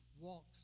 walks